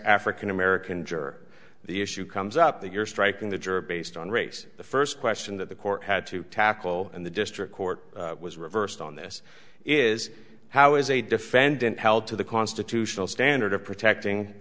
african american juror the issue comes up that you're striking the juror based on race the first question that the court had to tackle and the district court was reversed on this is how is a defendant held to the constitutional standard of protecting